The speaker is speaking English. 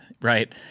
right